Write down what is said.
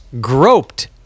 groped